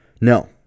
No